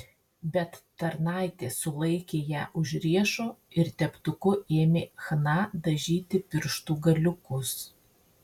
bet tarnaitė sulaikė ją už riešo ir teptuku ėmė chna dažyti pirštų galiukus